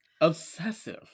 Obsessive